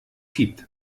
gibt